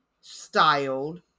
styled